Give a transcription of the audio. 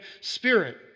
spirit